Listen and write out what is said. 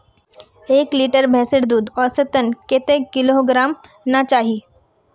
एक लीटर भैंसेर दूध औसतन कतेक किलोग्होराम ना चही?